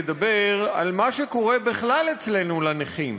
זו הזדמנות לדבר על מה שקורה בכלל אצלנו לנכים.